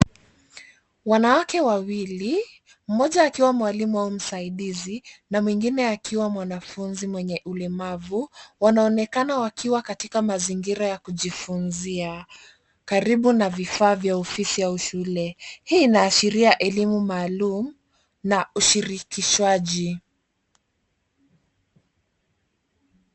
Wanawake wawili mmoja akiwa mwalimu au msaidizi na mwingine akiwa mwanafunzi mwenye ulemavu wanaonekana wakiwa katika mazingira ya kujifunzia karibu na vifaa vya ofisi au shule. Hii ina ashiria elimu maalum na ushirikishwaji.